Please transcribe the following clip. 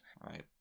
Right